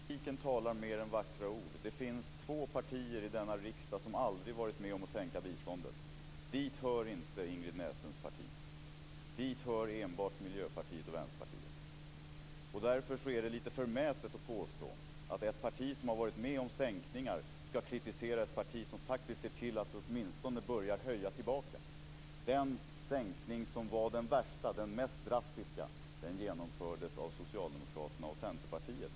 Fru talman! Ja, praktiken talar mer än vackra ord. Det finns två partier i denna riksdag som aldrig varit med om att sänka biståndet. Dit hör inte Ingrid Näslunds parti. Dit hör enbart Miljöpartiet och Vänsterpartiet. Därför är det lite förmätet att påstå att ett parti som har varit med om sänkningar skall kritisera ett parti som faktiskt ser till att åtminstone börja höja tillbaka. Den sänkning som var den värsta, den mest drastiska, genomfördes av Socialdemokraterna och Centerpartiet.